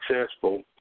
successful